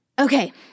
Okay